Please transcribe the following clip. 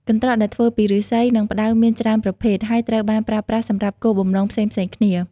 កន្ត្រកដែលធ្វើពីឫស្សី និងផ្តៅមានច្រើនប្រភេទ ហើយត្រូវបានប្រើប្រាស់សម្រាប់គោលបំណងផ្សេងៗគ្នា។